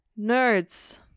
nerds